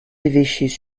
évêchés